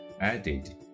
added